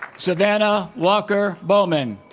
savannah walker bowman